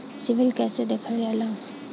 CIBIL कैसे देखल जाला?